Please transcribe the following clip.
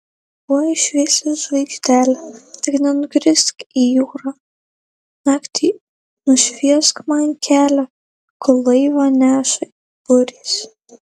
oi šviesi žvaigždele tik nenukrisk į jūrą naktį nušviesk man kelią kol laivą neša burės